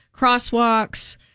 crosswalks